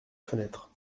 fenêtre